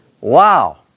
Wow